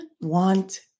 want